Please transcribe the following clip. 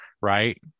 right